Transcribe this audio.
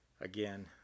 Again